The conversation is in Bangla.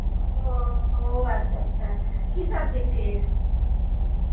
ও হো আচ্ছা আচ্ছা কি সাবজেক্টের